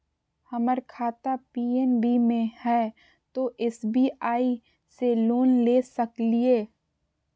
हमर खाता पी.एन.बी मे हय, तो एस.बी.आई से लोन ले सकलिए?